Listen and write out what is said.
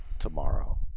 tomorrow